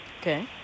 Okay